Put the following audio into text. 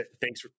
Thanks